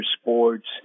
sports